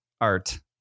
art